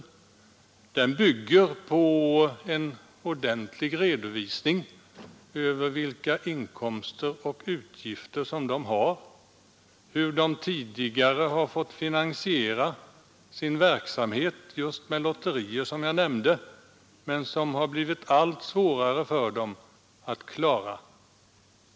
Det kravet bygger på en ordentlig redovisning av vilka inkomster och utgifter som dessa organisationer har och hur de tidigare har fått finansiera sin verksamhet med lotterier, vilket blivit allt svårare för dem att klara.